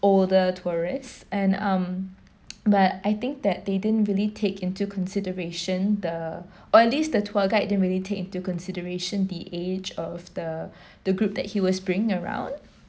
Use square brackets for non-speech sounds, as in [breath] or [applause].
older tourists and um but I think that they didn't really take into consideration the or at least the tour guide didn't really take into consideration the age of the [breath] the group that he was bringing around